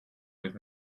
with